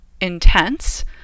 intense